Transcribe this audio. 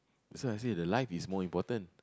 that's why I say the life is more important